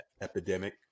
epidemic